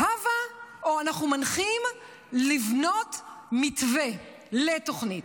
"הבה" או "אנחנו מנחים לבנות מתווה לתוכנית",